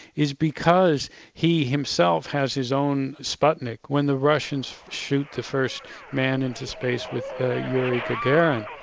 is because he himself has his own sputnik when the russians shoot the first man into space with yuri gagarin.